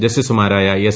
ജസ്റ്റീസ്മാരായ S